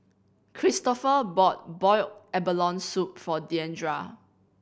Kristofer bought boiled abalone soup for Deandra